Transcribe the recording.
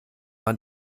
man